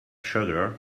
sugar